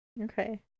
Okay